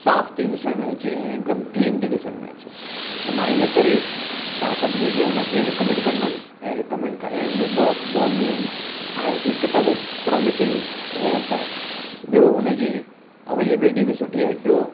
साफ़ थी ॾिसण में अचे ऐं हिकदमि क्लीन थी ॾिसण में अचे त मां हिन करे तव्हां सभिनी खे उनखे रिकमैंड कंदमि ऐं रिकमैंड करण जो ॿ ॿ मेन आहे हिकु त उहो प्रोमिसिंग प्रोडक्ट आहे ॿियों हुनजी अवेलबिलिटी बि सुठी आहे ऐं टियों